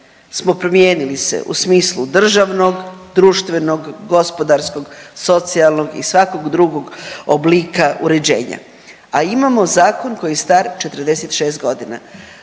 smo promijenili se u smislu državnog, društvenog, gospodarskog, socijalnog i svakog drugog oblika uređenja, a imamo zakon koji je star 46 godina.